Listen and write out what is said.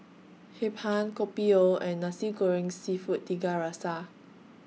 Hee Pan Kopi O and Nasi Goreng Seafood Tiga Rasa